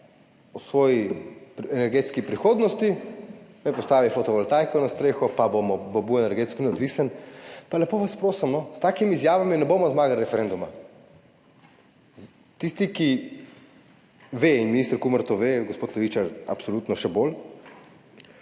o svoji energetski prihodnosti, naj postavi fotovoltaiko na streho in bo bolj energetsko neodvisen. Pa lepo vas prosim, no, s takimi izjavami ne bomo zmagali referenduma. Tisti, ki ve, in minister Kumer to ve, gospod Levičar absolutno še bolj,